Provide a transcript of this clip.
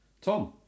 Tom